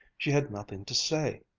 she had nothing to say.